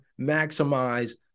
maximize